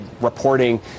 reporting